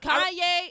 Kanye